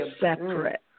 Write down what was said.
separate